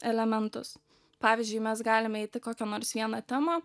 elementus pavyzdžiui mes galim eiti kokią nors vieną temą